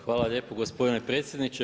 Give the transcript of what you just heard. Hvala lijepo gospodine predsjedniče.